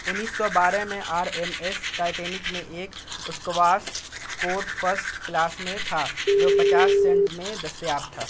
انیس سو بارہ میں آر ایم ایس ٹائٹینک میں ایک اسکواس کوٹ فسٹ کلاس میں تھا جو پچاس سینٹ میں دستیاب تھا